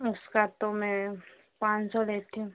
उसका तो मैं पाँच सौ लेती हूँ